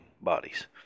bodies